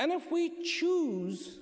and if we choose